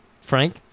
Frank